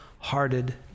hearted